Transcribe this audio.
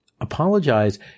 Apologize